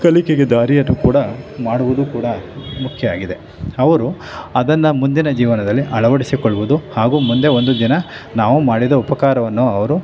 ಕಲಿಕೆಗೆ ದಾರಿಯನ್ನು ಕೂಡ ಮಾಡುವುದು ಕೂಡ ಮುಖ್ಯ ಆಗಿದೆ ಅವರು ಅದನ್ನು ಮುಂದಿನ ಜೀವನದಲ್ಲಿ ಅಳವಡಿಸಿಕೊಳ್ಳುವುದು ಹಾಗೂ ಮುಂದೆ ಒಂದು ದಿನ ನಾವು ಮಾಡಿದ ಉಪಕಾರವನ್ನು ಅವರು